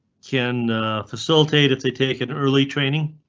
can facilitate if they take an early training.